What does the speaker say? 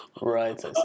Right